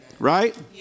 Right